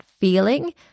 feeling